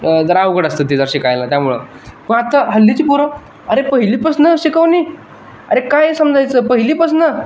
जरा अवघड असतं ते जरा शिकायला त्यामुळं पण आता हल्लीची पोरं अरे पहिलीपासून शिकवणी अरे काय समजायचं पहिलीपासून